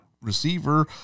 receiver